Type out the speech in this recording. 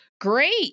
great